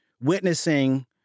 witnessing